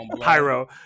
Pyro